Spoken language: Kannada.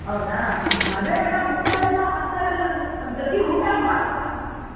ಹೌದಾ ಹ್ಞೂಅದೇ ಮೇಡಮ್ ಊಟ ಎಲ್ಲ ಹಾಕ್ತಾರಲ್ಲ ಮೇಡಮ್ ಒಂದ್ಸತಿ ಊಟಾನು ಮಾಡ್ಕೊಂಡ್ಬಂದಿದ್ವಿ ಮೇಡಮ್